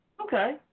Okay